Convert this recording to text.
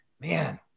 man